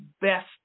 best